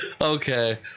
Okay